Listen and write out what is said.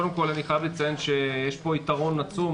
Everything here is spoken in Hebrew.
קודם כל אני חייב לציין שיש פה יתרון עצום,